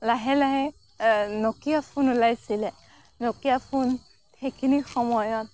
লাহে লাহে Nokia phone ওলাইছিলে নকিয়া ফোন সেইখিনি সময়ত